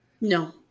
no